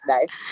today